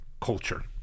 culture